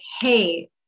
hey